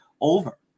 over